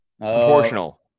Proportional